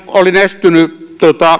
olin estynyt